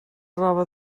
roba